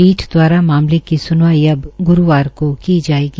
पीठ द्वारा मामले की स्नवाई अब ग्रूवार को की जायेगी